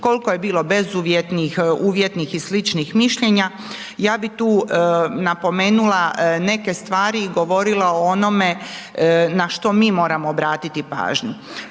kolko je bilo bezuvjetnih, uvjetnih i sličnih mišljenja, ja bih tu napomenula neke stvari i govorila o onome na što mi moramo obratiti pažnju.